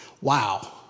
Wow